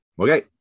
okay